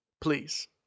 please